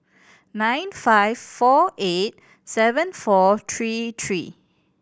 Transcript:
nine five four eight seven four three three